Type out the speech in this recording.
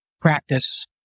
practice